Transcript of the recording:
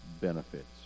benefits